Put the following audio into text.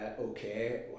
okay